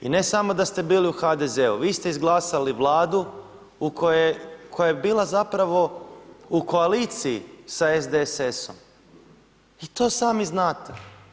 I ne samo da ste bili u HDZ-u, vi ste izglasali Vladu koja je bila zapravo u koaliciji sa SDSS-om i to sami znate.